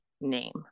name